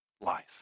life